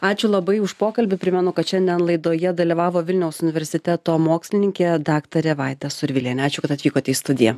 ačiū labai už pokalbį primenu kad šiandien laidoje dalyvavo vilniaus universiteto mokslininkė daktarė vaida survilienė ačiū kad atvykote į studiją